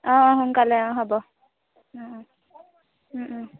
অঁ অঁ সোনকালে অঁ হ'ব অঁ অঁ